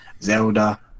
zelda